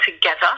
together